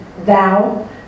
thou